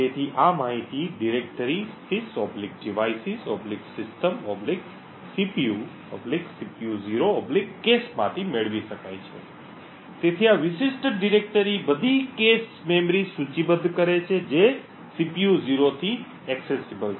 તેથી આ માહિતી ડિરેક્ટરી sysdevicessystemcpucpu0cache માંથી મેળવી શકાય છે તેથી આ વિશિષ્ટ ડિરેક્ટરી બધી cache યાદોને સૂચિબદ્ધ કરે છે જે સીપીયુ 0 થી એક્સેસિબલ છે